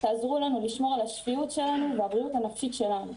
תעזרו לנו לשמור על השפיות שלנו והבריאות הנפשית שלנו.